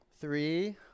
Three